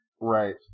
Right